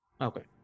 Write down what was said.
Okay